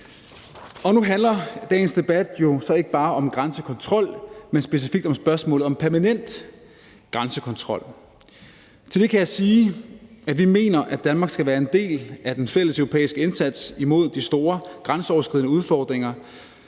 Nu handler dagens debat jo så ikke bare om grænsekontrol, men specifikt om spørgsmålet om permanent grænsekontrol. Til det kan jeg sige, at vi mener, at Danmark skal være en del af den fælleseuropæiske indsats imod de store grænseoverskridende udfordringer